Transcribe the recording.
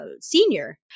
senior